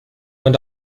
went